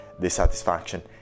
dissatisfaction